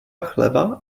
chleba